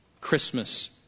Christmas